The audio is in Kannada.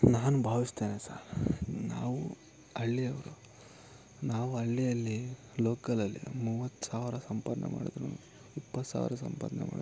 ನಾನು ಭಾವಿಸ್ತೇನೆ ಸಾರ್ ನಾವು ಹಳ್ಳಿಯವರು ನಾವು ಹಳ್ಳಿಯಲ್ಲಿ ಲೋಕಲಲ್ಲಿ ಮೂವತ್ತು ಸಾವಿರ ಸಂಪಾದನೆ ಮಾಡಿದ್ರೂ ಇಪ್ಪತ್ತು ಸಾವಿರ ಸಂಪಾದನೆ ಮಾಡಿದ್ರೂ